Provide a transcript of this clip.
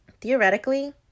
theoretically